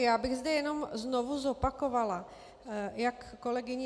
Já bych zde jenom znovu zopakovala jak kolegyni